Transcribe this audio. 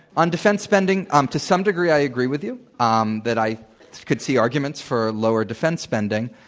on defense spending, um to some degree i agree with you, um that i could see arguments for lower defense spending.